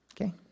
Okay